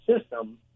system